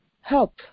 help